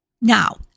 Now